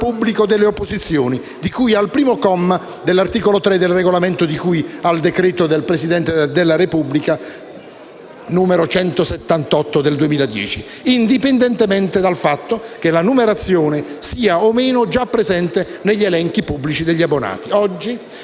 pubblico delle opposizioni di cui al primo comma dell'articolo 3 del regolamento di cui al decreto del Presidente della Repubblica n. 178 del 2010, indipendentemente dal fatto che la numerazione sia o no già presente negli elenchi pubblici degli abbonati. Oggi,